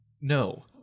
No